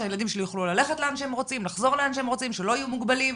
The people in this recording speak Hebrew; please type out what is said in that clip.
שהילדים יוכלו ללכת לאן שהם רוצים ולא יהיו מוגבלים,